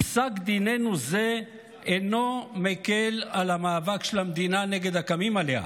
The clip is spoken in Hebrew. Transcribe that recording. פסק דיננו זה אינו מקל את המאבק של המדינה כנגד הקמים עליה.